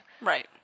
right